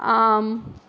ஆம்